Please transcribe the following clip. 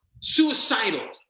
suicidal